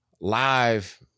live